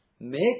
Make